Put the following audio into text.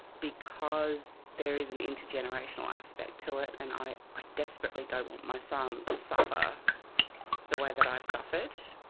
because there is an intergenerational aspect to it and i ah desperately don't want my son to suffer the way that i've suffered.